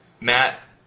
matt